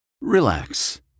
Relax